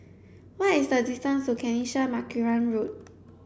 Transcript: what is the distance to Kanisha Marican Road